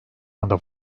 anda